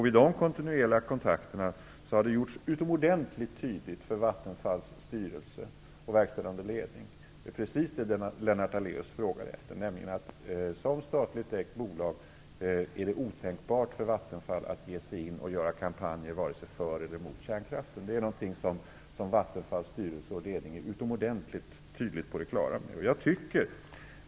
Vid dessa kontinuerliga kontakter har det gjorts utomordentligt tydligt för Vattenfalls styrelse och verkställande ledning precis det som Lennart Daléus frågar efter, nämligen att det som statligt ägt bolag är otänkbart för Vattenfall att ge sig in och göra kampanjer vare sig för eller mot kärnkraften. Det är något som Vattenfalls styrelse och ledning är utomordentligt tydligt på det klara med.